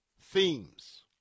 themes